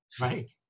Right